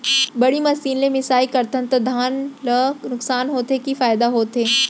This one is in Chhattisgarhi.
बड़ी मशीन ले मिसाई करथन त धान ल नुकसान होथे की फायदा होथे?